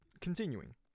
Continuing